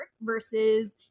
versus